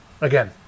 again